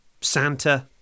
Santa